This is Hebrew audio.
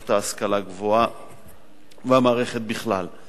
מערכת ההשכלה הגבוהה והמערכת בכלל.